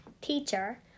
Teacher